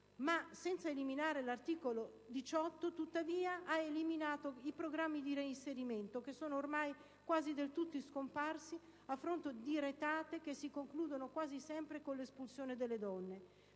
pur senza eliminare l'articolo 18, ha eliminato i programmi di reinserimento, che sono ormai quasi del tutto scomparsi a fronte di retate che si concludono quasi sempre con l'espulsione delle donne.